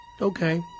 Okay